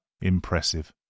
impressive